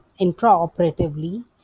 intraoperatively